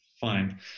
fine